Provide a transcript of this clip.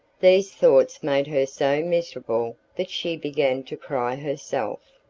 these thoughts made her so miserable that she began to cry herself.